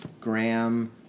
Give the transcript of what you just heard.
Graham—